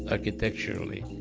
and architecturally,